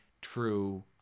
true